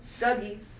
Dougie